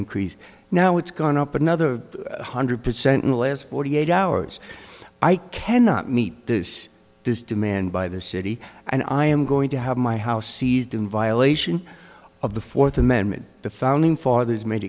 increase now it's gone up another one hundred percent in the last forty eight hours i cannot meet this this demand by the city and i am going to have my house seized in violation of the fourth amendment the founding fathers made